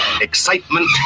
excitement